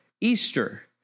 Easter